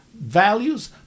Values